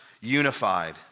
unified